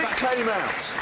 came out.